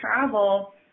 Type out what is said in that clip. travel